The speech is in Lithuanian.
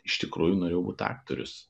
iš tikrųjų norėjau būt aktorius